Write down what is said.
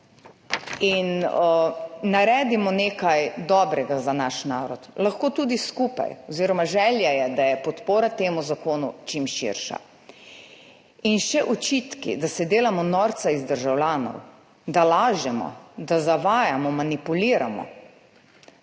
Naredimo nekaj dobrega za naš narod, lahko tudi skupaj oziroma želja je, da je podpora temu zakonu čim širša. In še očitki, da se delamo norca iz državljanov, da lažemo, da zavajamo, manipuliramo